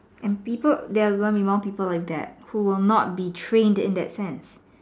and people they are going to be more people like that who will not be train in that sense